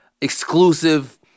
exclusive